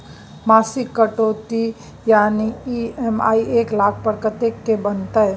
मासिक कटौती यानी ई.एम.आई एक लाख पर कत्ते के बनते?